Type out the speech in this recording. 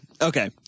Okay